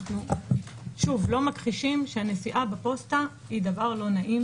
אנו לא מכחישים שהנסיעה בפוסטה היא דבר לא נעים.